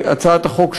בהצעת החוק,